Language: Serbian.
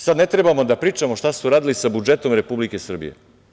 Sad ne trebamo da pričamo šta su uradili sa budžetom Republike Srbije?